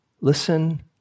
Listen